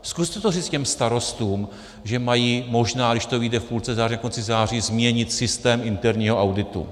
Zkuste to říct těm starostům, že mají možná, když to vyjde v půlce září, do konce září, změnit systém interního auditu.